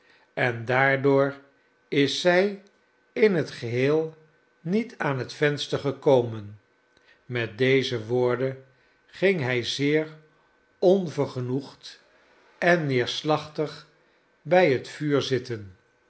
en daardoor is zij in het geheel niet aan het venster gekomen met deze woorden ging hij zeer onvergenoegd en neerslachtig bij het vuur zitten